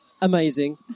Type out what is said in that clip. amazing